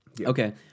Okay